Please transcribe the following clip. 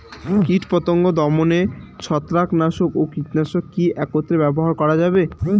কীটপতঙ্গ দমনে ছত্রাকনাশক ও কীটনাশক কী একত্রে ব্যবহার করা যাবে?